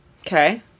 Okay